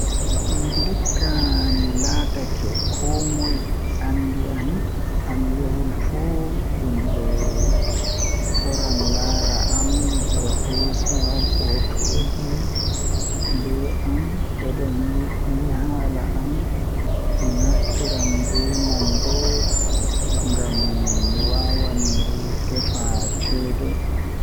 Ndikka mi laatake koomoi andi am haami yahi fuu himbe toran laara am be hoosa footooji ba am bedon yidi haala am mi naftiran be man bo ngam mi tefa ceede.